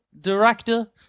director